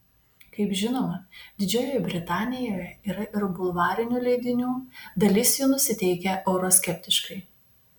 kaip žinoma didžiojoje britanijoje yra ir bulvarinių leidinių dalis jų nusiteikę euroskeptiškai